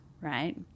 right